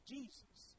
Jesus